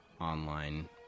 online